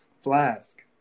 flask